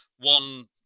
One